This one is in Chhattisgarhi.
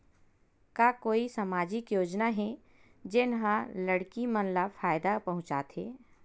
का कोई समाजिक योजना हे, जेन हा लड़की मन ला फायदा पहुंचाथे?